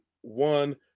one